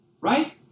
Right